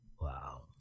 Wow